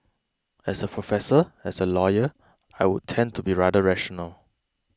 as a professor as a lawyer I would tend to be rather rational